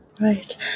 right